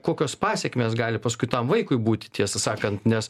kokios pasekmės gali paskui tam vaikui būti tiesą sakant nes